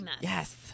yes